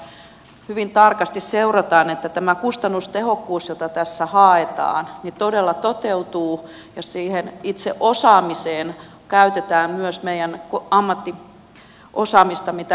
että hyvin tarkasti seurataan että tämä kustannustehokkuus jota tässä haetaan todella toteutuu ja siihen itse osaamiseen käytetään myös meidän ammattiosaamista mitä yliopistoista löytyy